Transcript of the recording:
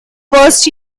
first